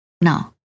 Now